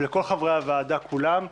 ולכל חברי הוועדה כולם.